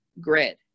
grid